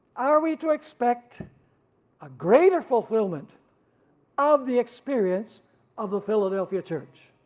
are we to expect a greater fulfillment of the experience of the philadelphia church?